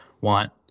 want